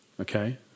Okay